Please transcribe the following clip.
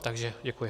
Takže děkuji.